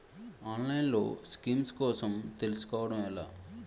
ఆన్లైన్లో స్కీమ్స్ కోసం తెలుసుకోవడం ఎలా?